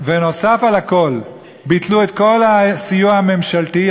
בנוסף על הכול, ביטלו את כל הסיוע הממשלתי.